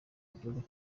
igihugu